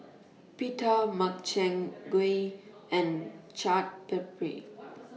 Pita Makchang Gui and Chaat Papri